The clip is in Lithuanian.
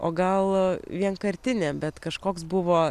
o gal vienkartinė bet kažkoks buvo